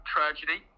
Tragedy